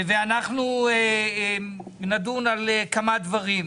אנחנו נדון על כמה דברים.